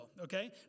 Okay